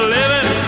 living